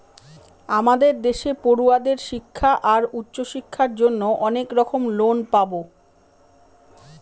আমাদের দেশে পড়ুয়াদের শিক্ষা আর উচ্চশিক্ষার জন্য অনেক রকম লোন পাবো